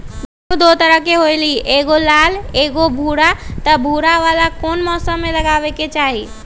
गेंहू दो तरह के होअ ली एगो लाल एगो भूरा त भूरा वाला कौन मौसम मे लगाबे के चाहि?